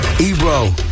Ebro